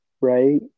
right